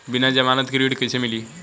बिना जमानत के ऋण कैसे मिली?